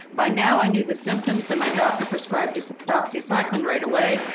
by now, i knew the symptoms and my doctor prescribed doxycycline right away,